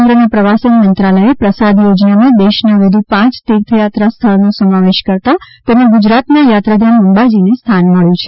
કેન્દ્રના પ્રવાસન મંત્રાલયે પ્રસાદ યોજનામાં દેશના વધુ પાંચ તીર્થયાત્રા સ્થળ નો સમાવેશ કરતાં તેમાં ગુજરાતના યાત્રાધામ અંબાજીને સ્થાન મળ્યું છે